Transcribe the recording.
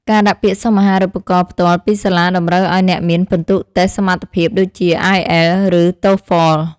ការដាក់ពាក្យសុំអាហារូបករណ៍ផ្ទាល់ពីសាលាតម្រូវឱ្យអ្នកមានពិន្ទុតេស្តសមត្ថភាពដូចជាអាយអែលឬតូហ្វល។